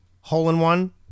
hole-in-one